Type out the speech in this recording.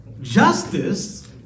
Justice